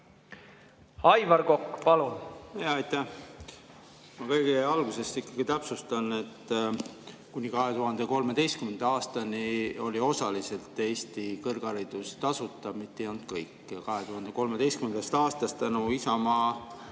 Aivar Kokk, palun!